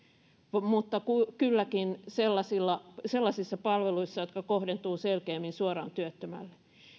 mutta kylläkin sellaisissa palveluissa jotka kohdentuvat selkeämmin suoraan työttömälle